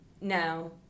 No